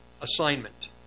Assignment